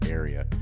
area